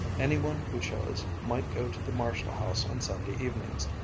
any one who chose might go to the marshall house on sunday evenings,